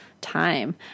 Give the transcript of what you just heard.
time